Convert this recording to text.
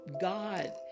God